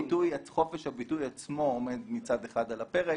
חופש הביטוי עצמו עומד מצד אחד על הפרק.